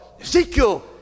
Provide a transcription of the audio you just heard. Ezekiel